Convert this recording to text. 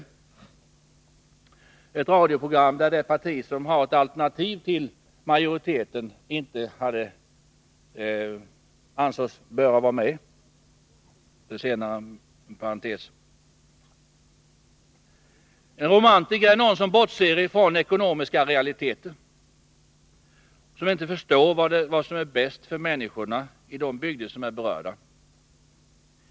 Det var inom parentes sagt ett radioprogram där det parti som har ett alternativ till majoritetens förslag inte ansågs böra vara med. En romantiker är någon som bortser från ekonomiska realiteter, som inte förstår vad som är bäst för människorna i de bygder som är berörda.